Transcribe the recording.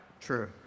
True